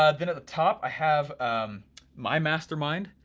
ah then at the top i have my mastermind,